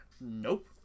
nope